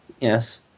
Yes